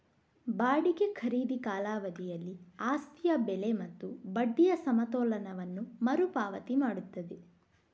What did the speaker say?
ಬಾಡಿಗೆ ಖರೀದಿ ಕಾಲಾವಧಿಯಲ್ಲಿ ಆಸ್ತಿಯ ಬೆಲೆ ಮತ್ತು ಬಡ್ಡಿಯ ಸಮತೋಲನವನ್ನು ಮರು ಪಾವತಿ ಮಾಡುತ್ತದೆ